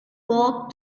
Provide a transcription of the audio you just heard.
walk